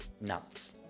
nuts